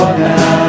now